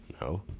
no